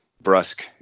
brusque